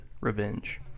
Revenge